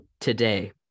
today-